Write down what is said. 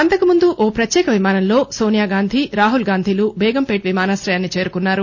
అంతకుముందు ఓ ప్రత్యేక విమానంలో సోనియాగాంధీ రాహుల్గాంధీలు బేగంపేట విమానాశ్రయానికి చేరుకున్నారు